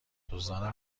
دزدان